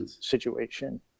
situation